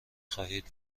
خواهید